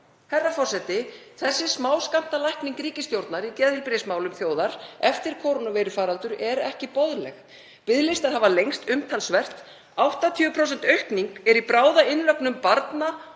Herra forseti. Þessi smáskammtalækning ríkisstjórnar í geðheilbrigðismálum þjóðar eftir kórónuveirufaraldur er ekki boðleg. Biðlistar hafa lengst umtalsvert. 80% aukning er í bráðainnlögnum barna og